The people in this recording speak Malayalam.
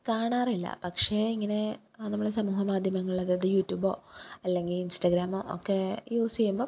കാണാറില്ല പക്ഷെ ഇങ്ങനെ നമ്മളെ സമൂഹ മാധ്യമങ്ങൾ അതായത് യൂറ്റൂബൊ അല്ലെങ്കിൽ ഇന്സ്റ്റാഗ്രാമൊ ഒക്കെ യൂസ് ചെയ്യുമ്പം